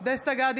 דסטה גדי